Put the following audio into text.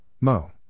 Mo